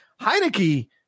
Heineke